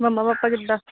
ਮੰਮਾ ਪਾਪਾ ਕਿੱਦਾਂ